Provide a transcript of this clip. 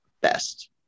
best